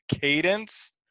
cadence